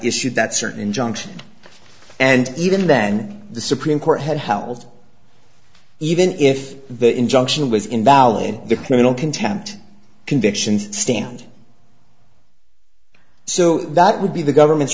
issued that certain injunction and even then the supreme court had held even if the injunction was invalid the communal contempt convictions stand so that would be the government's